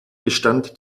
gestand